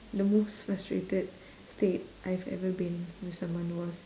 the most frustrated state I've ever been with someone was